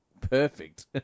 perfect